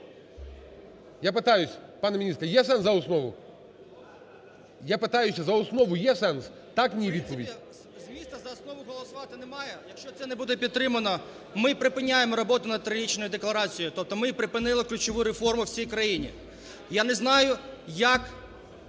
Я питаюсь, пане міністр, є за основу? Я питаю, за основу є сенс? Так, ні – відповідь. 11:53:50 ДАНИЛЮК О.О. Звісно, за основу голосувати немає. Якщо це не буде підтримано, ми припиняємо роботу над трирічною декларацією, тобто ми припинили ключову реформу в цій країні. Я не знаю, як